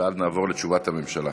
ואז נעבור לתשובת הממשלה.